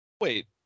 Wait